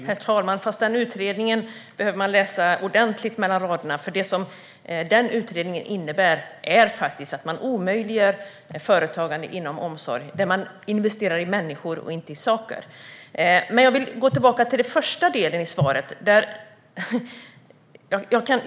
Herr talman! Fast i den utredningen behöver man läsa ordentligt mellan raderna, för det som den innebär är att företagande inom omsorg där man investerar i människor och inte i saker omöjliggörs. Jag vill gå tillbaka till den första delen i svaret.